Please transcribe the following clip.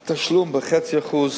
את התשלום, ב-0.5%,